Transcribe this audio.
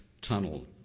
tunnel